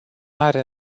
are